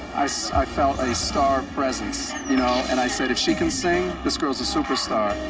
i so i felt a star presence, you know. and i said, if she can sing, this girl's a superstar.